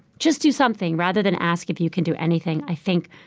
just do something rather than ask if you can do anything, i think,